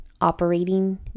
operating